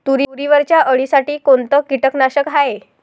तुरीवरच्या अळीसाठी कोनतं कीटकनाशक हाये?